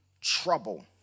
trouble